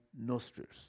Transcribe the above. nostrils